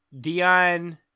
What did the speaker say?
dion